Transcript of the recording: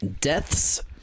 Death's